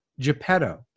Geppetto